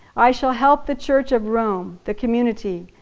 i shall help the church of rome, the community.